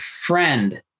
friend